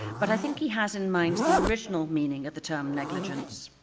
but i think he has in mind the original meaning of the term negligence.